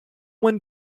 one